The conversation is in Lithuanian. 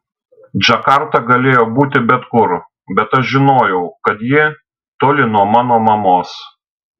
džakarta galėjo būti bet kur bet aš žinojau kad ji toli nuo mano mamos